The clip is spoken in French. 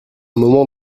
moment